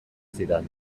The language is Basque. zidan